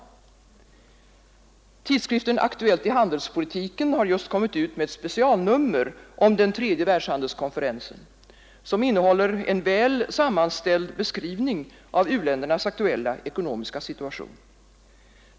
Tidskriften Aktuellt i Handelspolitiken har just kommit ut med ett specialnummer om den tredje världshandelskonferensen, och den innehåller en väl sammanställd beskrivning av u-ländernas aktuella ekonomiska situation.